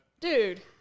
Dude